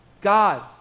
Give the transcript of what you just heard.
God